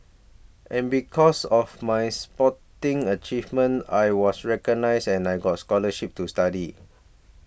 and because of my sporting achievements I was recognised and I got scholarships to study